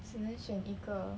只能选一个